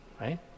right